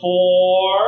Four